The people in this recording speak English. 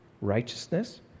righteousness